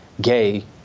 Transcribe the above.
gay